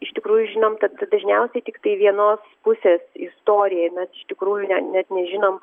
iš tikrųjų žinom kad dažniausiai tiktai vienos pusės istoriją na iš tikrųjų ne net nežinom